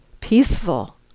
peaceful